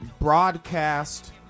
broadcast